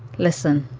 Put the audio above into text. listen.